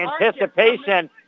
Anticipation